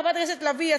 חברת הכנסת לביא,